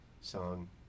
song